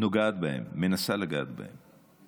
נוגעת בהם, מנסה לגעת בהם.